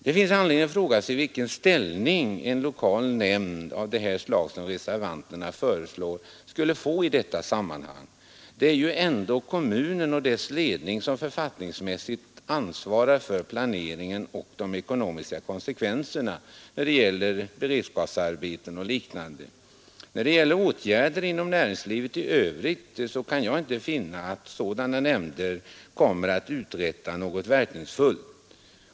Det finns anledning att fråga sig vilken ställning en lokal nämnd av det slag som reservanterna föreslår skulle få i detta sammanhang. Det är ju ändå kommunen och dess ledning som författningsmässigt ansvarar för planeringen och de ekonomiska konsekvenserna i fråga om beredskapsarbeten och liknande. När det gäller åtgärder inom näringslivet i övrigt kan jag inte finna att sådana nämnder kommer att uträtta något verkningsfullt.